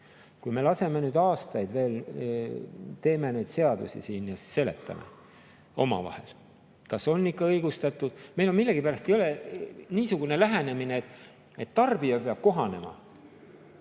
Kui me laseme aastaid veel edasi, teeme neid seadusi siin ja seletame omavahel, kas on ikka õigustatud ... Meil on millegipärast niisugune lähenemine, et tarbija peab kohanema.